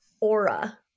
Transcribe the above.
aura